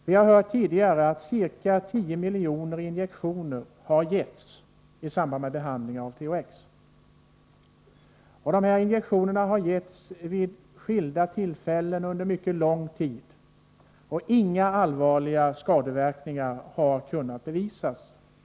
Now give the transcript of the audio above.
Vi har tidigare hört att ca 10 miljoner injektioner har givits i samband med behandling med THX. Dessa injektioner har givits vid skilda tillfällen under mycket lång tid, och inga allvarliga skadeverkningar har kunnat påvisas.